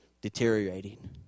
deteriorating